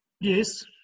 Yes